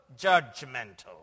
judgmental